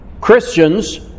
Christians